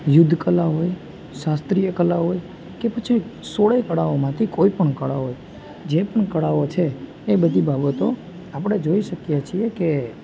યુદ્ધ કળા હોય શાસ્ત્રીય કળા હોય કે પછી સોળે કળાઓમાંથી કોઈ પણ કળા હોય જે પણ કળાઓ છે એ બધી બાબતો આપણે જોઈ શકીએ છીએ કે